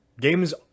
games